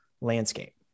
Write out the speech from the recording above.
landscape